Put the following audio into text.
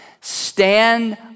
stand